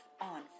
on